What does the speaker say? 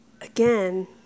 again